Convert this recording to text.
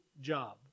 job